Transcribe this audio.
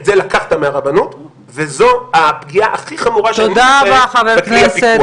את זה לקחת מהרבנות וזו הפגיעה הכי חמורה שאני מזהה בכלי הפיקוח.